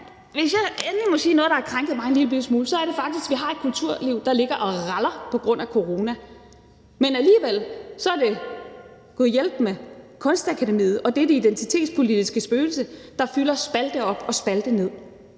Hvis jeg endelig må sige noget, der har krænket mig en lillebitte smule, er det faktisk, at vi har et kulturliv, der ligger og raller på grund af corona, men alligevel er det gudhjælpemig Kunstakademiet og dette identitetspolitiske spøgelse, der fylder spalte op og spalte ned.